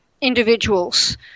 individuals